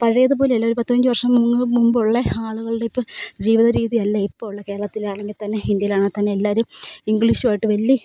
പഴയതുപോലെയല്ല ഒരു പത്തു പതിനഞ്ച് വർഷം മുമ്പുള്ളത് ആളുകളുടെ ഇപ്പോൾ ജീവിതരീതിയല്ല ഇപ്പോഴുള്ള കേരളത്തിലാണെങ്കിൽത്തന്നെ ഇന്ത്യയിലാണെങ്കിൽ തന്നെ എല്ലാവരും ഇംഗ്ലീഷുമായിട്ട് വലിയ